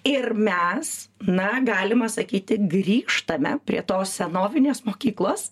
ir mes na galima sakyti grįžtame prie tos senovinės mokyklos